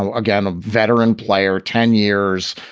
again, a veteran player, ten years,